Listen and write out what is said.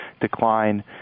decline